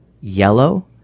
yellow